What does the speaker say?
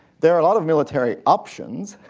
there are a lot of military options.